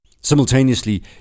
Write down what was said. Simultaneously